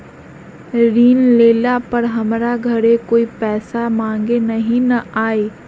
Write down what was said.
ऋण लेला पर हमरा घरे कोई पैसा मांगे नहीं न आई?